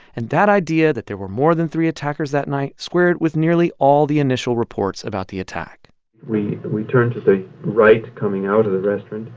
and that idea that there were more than three attackers that night squared with nearly all the initial reports about the attack we we turned to the right coming out of the restaurant.